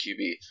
QB